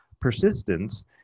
Persistence